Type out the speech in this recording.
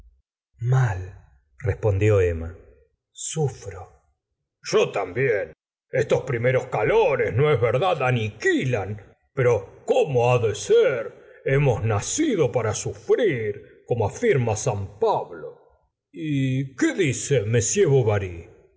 preguntó malrespondió emma sufro yo también estos primeros calores no es verdad aniquilan pero cómo ha de ser hemos nacila señora de bovary gustavo flaubert do para sufrir como afirma san pablo y qué dice m bovary